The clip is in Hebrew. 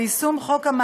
מתוך ציונות